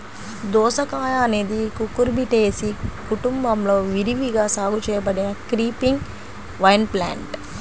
దోసకాయఅనేది కుకుర్బిటేసి కుటుంబంలో విరివిగా సాగు చేయబడిన క్రీపింగ్ వైన్ప్లాంట్